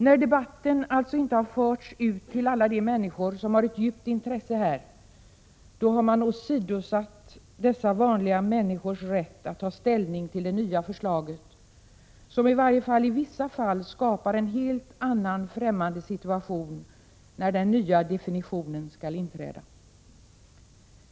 När debatten inte har förts ut till alla de människor som har ett djupt intresse av den, har man alltså åsidosatt dessa vanliga människors rätt att ta ställning till det nya förslaget, som i varje fall i vissa fall skapar en helt annan, främmande situation när den nya definitionen skall inträda.